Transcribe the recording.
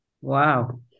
wow